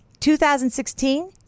2016